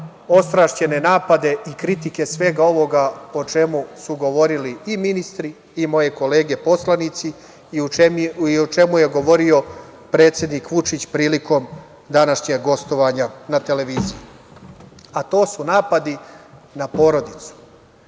ostrašćene napade i kritike svega ovoga o čemu su govorili i ministri i moje kolege poslanici i o čemu je govorio predsednik Vučić prilikom današnjeg gostovanja na televiziji, a to su napadi na porodicu.